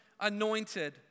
anointed